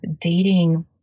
dating